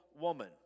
woman